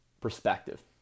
perspective